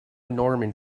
norman